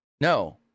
No